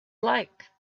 like